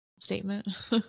statement